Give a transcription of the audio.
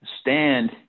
stand